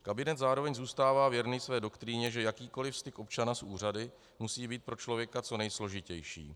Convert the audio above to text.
Kabinet zároveň zůstává věrný své doktríně, že jakýkoliv styk občana s úřady musí být pro člověka co nejsložitější.